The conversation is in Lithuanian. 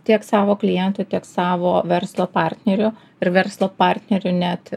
tiek savo klientų tiek savo verslo partnerių ir verslo partnerių net